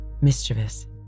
mischievous